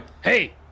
hey